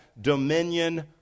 dominion